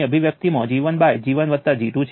તેથી આવશ્યકરીતે મારે I11 પ્લસ I12 બરાબર I1 લખવું પડશે